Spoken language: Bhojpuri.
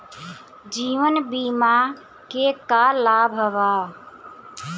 जीवन बीमा के का लाभ बा?